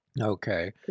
Okay